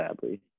Sadly